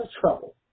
trouble